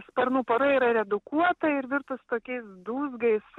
sparnų pora yra redukuota ir virtus tokiais dūzgais